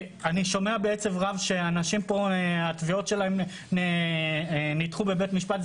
אני שומע בעצב רב מאנשים פה שהתביעות שלהם נדחו בבית משפט,